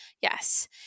Yes